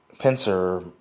pincer